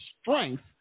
strength